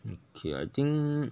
okay I think